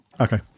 Okay